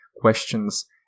questions